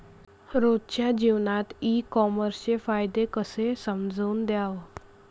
रोजच्या जीवनात ई कामर्सचे फायदे कसे समजून घ्याव?